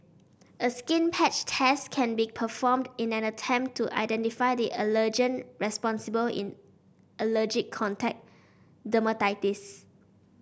a skin patch test can be performed in an attempt to identify the allergen responsible in allergic contact dermatitis